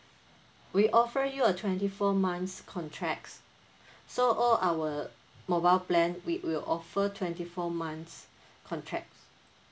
we offer you a twenty four months contracts so all our mobile plan we will offer twenty four months contracts